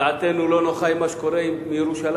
דעתנו לא נוחה עם מה שקורה בירושלים,